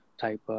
type